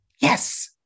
Yes